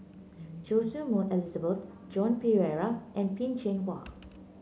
Choy Su Moi Elizabeth Joan Pereira and Peh Chin Hua